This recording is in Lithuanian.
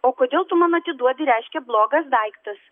o kodėl tu man atiduodi reiškia blogas daiktas